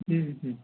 हम्म हम्म